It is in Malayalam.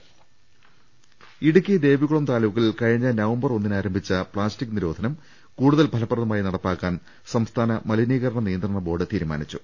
രുട്ട്ട്ട്ട്ട്ട്ട്ട്ട ഇടുക്കി ദേവികുളം താലൂക്കിൽ കഴിഞ്ഞ നവംബർ ഒന്നിനാരംഭിച്ച പ്ലാസ്റ്റിക് നിരോധനം കൂടുതൽ ഫലപ്രദമായി നടപ്പാക്കാൻ സംസ്ഥാന മലി നീകരണ നിയന്ത്രണബോർഡ് തീരുമാനിച്ചു